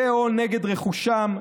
ו/או נגד רכושם,